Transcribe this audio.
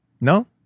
No